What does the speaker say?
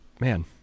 man